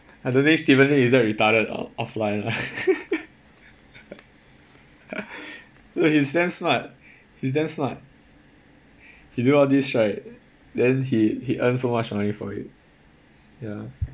I don't steven lim is that retarded lah offline lah dude he's damn smart he's damn smart he do all these right then he he earn so much money for it ya